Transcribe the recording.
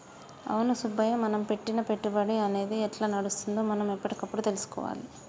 అవును సుబ్బయ్య మనం పెట్టిన పెట్టుబడి అనేది ఎట్లా నడుస్తుందో మనం ఎప్పటికప్పుడు తెలుసుకోవాలి